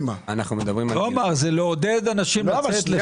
אז נדרוש לתקן אותה או לדייק אותה.